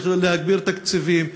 איך להגביר תקציבים.